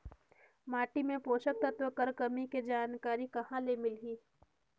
माटी मे पोषक तत्व कर कमी के जानकारी कहां ले मिलही?